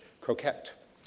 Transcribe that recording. croquette